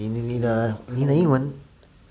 你你你的英文